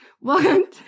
welcome